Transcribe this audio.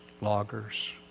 loggers